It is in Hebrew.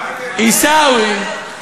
עיסאווי,